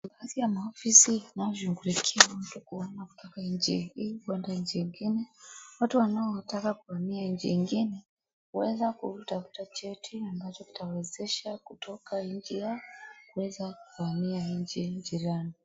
Baadhi ya maofisi inayoshughulikia watu kuhama kutoka nchi hii kuenda nchi ingine. Watu wanaotaka kuhamia nchi ingine, huweza kutafuta cheti ambacho kitawawezesha kutoka nchi yao kuweza kuhamia nchi jirani.